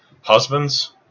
Husbands